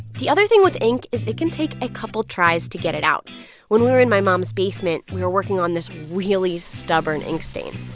the other thing with ink is it can take a couple tries to get it out when we were in my mom's basement, we were working on this really stubborn ink stain,